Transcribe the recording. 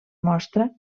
mostra